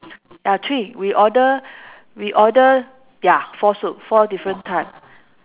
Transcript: ya three we order we order ya four soup four different type